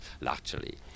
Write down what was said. largely